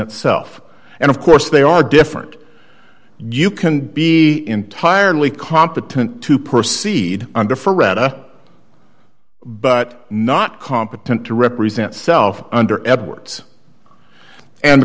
self and of course they are different you can be entirely competent to proceed under for red up but not competent to represent self under edwards and